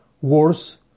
wars